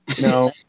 No